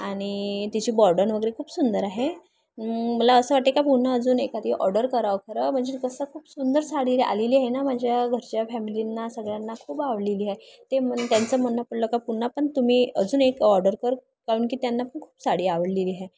आणि त्याची बॉर्डन वगैरे खूप सुंदर आहे मला असं वाटते का पुन्हा अजून एखादी ऑर्डर करावं खरं म्हणजे कसं खूप सुंदर साडी आलेली आहे ना माझ्या घरच्या फॅमिलींना सगळ्यांना खूप आवडलेली आहे ते मन त्यांचं म्हणणं पडलं का पुन्हा पण तुम्ही अजून एक ऑर्डर कर काहून की त्यांना पण खूप साडी आवडलेली आहे